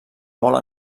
molt